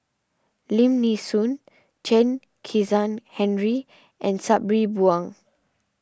Lim Nee Soon Chen Kezhan Henri and Sabri Buang